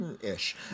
Ish